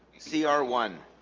c r one